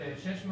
600,